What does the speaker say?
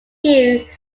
cue